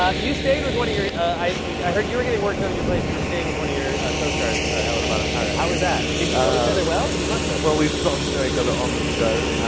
ah you stayed with one of your i i heard you were getting work done on your place. you were staying with one of your costars helena bonham carter. how was that? did you know each other well? you must have. well, we've gotten to know each other on the show.